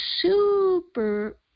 super